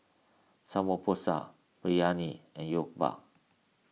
Samgyeopsal Biryani and Jokbal